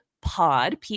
pod